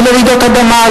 ולרעידות אדמה,